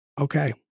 Okay